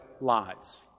lives